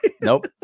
Nope